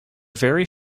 very